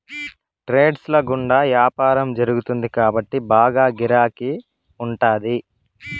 trades ల గుండా యాపారం జరుగుతుంది కాబట్టి బాగా గిరాకీ ఉంటాది